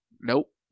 Nope